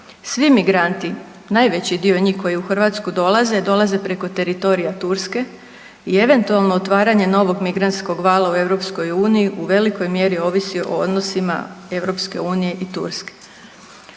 Svi migranti, najveći dio njih koji u Hrvatsku dolaze, dolaze preko teritorija Turske i eventualno otvaranje novog migrantskog vala u EU u velikoj mjeri ovisi o odnosima EU i Turske.